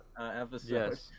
episode